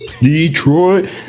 Detroit